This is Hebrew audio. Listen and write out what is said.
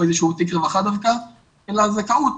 או רווחה - אלא על זכאות,